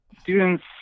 students